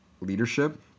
leadership